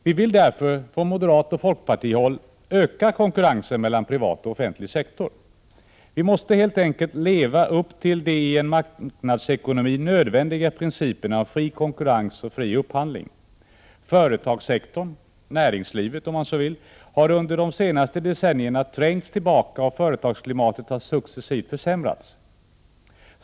Vi vill därför från moderatoch folkpartihåll öka konkurrensen mellan privat och offentlig sektor. Vi måste helt enkelt leva upp till de i en marknadsekonomi nödvändiga principerna om fri konkurrens och fri upphandling. Företagssektorn — näringslivet, om man så vill — har under de senaste decennierna trängts tillbaka, och företagsklimatet har successivt försämrats.